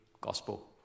gospel